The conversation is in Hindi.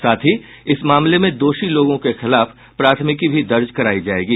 साथ ही इस मामले में दोषी लोगों के खिलाफ प्राथमिकी भी दर्ज करायी जायेगी